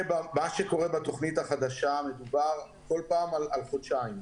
בתוכנית החדשה מדובר כל פעם על חודשיים.